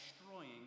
destroying